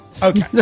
Okay